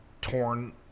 torn